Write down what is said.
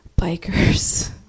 bikers